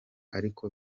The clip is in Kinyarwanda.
ariko